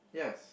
yes